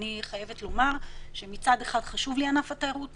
אני חייבת לומר שמצד אחד חשוב לי ענף התיירות,